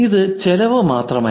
ഇത് ചെലവ് മാത്രമല്ല